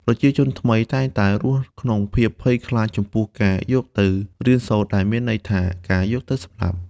ប្រជាជនថ្មីតែងតែរស់ក្នុងភាពភ័យខ្លាចចំពោះការ "យកទៅរៀនសូត្រ" ដែលមានន័យថាការយកទៅសម្លាប់។